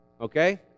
okay